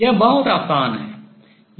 यह बहुत आसान है